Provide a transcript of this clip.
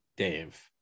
Dave